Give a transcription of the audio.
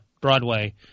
Broadway